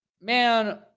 Man